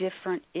different